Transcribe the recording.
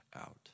out